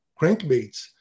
crankbaits